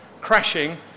crashing